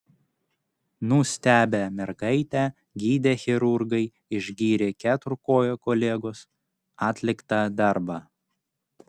nustebę mergaitę gydę chirurgai išgyrė keturkojo kolegos atliktą darbą